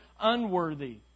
unworthy